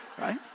right